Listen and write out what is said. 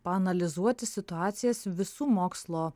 paanalizuoti situacijas visų mokslo